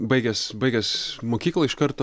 baigęs baigęs mokyklą iš karto